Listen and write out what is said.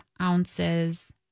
ounces